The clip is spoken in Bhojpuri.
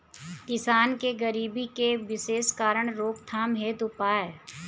किसान के गरीबी के विशेष कारण रोकथाम हेतु उपाय?